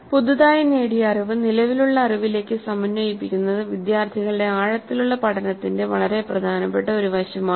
പുതുതായി നേടിയ അറിവ് നിലവിലുള്ള അറിവിലേക്ക് സമന്വയിപ്പിക്കുന്നത് വിദ്യാർത്ഥികളുടെ ആഴത്തിലുള്ള പഠനത്തിന്റെ വളരെ പ്രധാനപ്പെട്ട ഒരു വശമാണ്